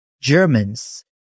Germans